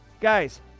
guys